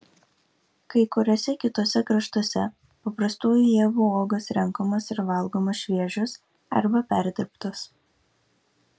kai kuriuose kituose kraštuose paprastųjų ievų uogos renkamos ir valgomos šviežios arba perdirbtos